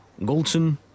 Goldson